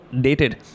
dated